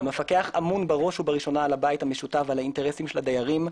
המפקח אמון בראש ובראשונה על הבית המשותף ועל האינטרסים של הדיירים.